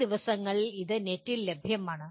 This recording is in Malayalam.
ഈ ദിവസങ്ങളിൽ ഇത് നെറ്റിൽ ലഭ്യമാണ്